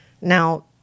Now